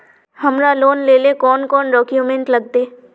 हमरा लोन लेले कौन कौन डॉक्यूमेंट लगते?